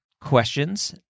questions